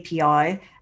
API